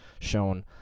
shown